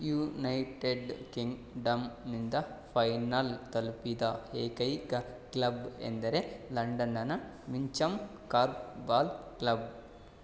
United ಕಿಂಗ್ಡಂನಿಂದ final ತಲುಪಿದ ಏಕೈಕ ಕ್ಲಬ್ ಎಂದರೆ ಲಂಡನ್ನಿನ ಮಿಂಚಮ್ ಕಾರ್ಫ್ಬಾಲ್ ಕ್ಲಬ್